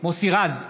מוסי רז,